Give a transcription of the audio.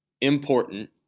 important